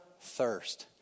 thirst